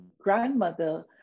grandmother